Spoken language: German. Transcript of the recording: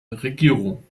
regierung